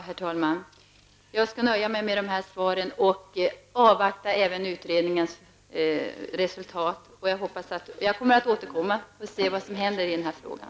Herr talman! Jag skall nöja mig med dessa svar och avvakta utredningens resultat. Jag kommer att återkomma för att se vad som händer i den här frågan.